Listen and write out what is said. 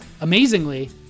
Amazingly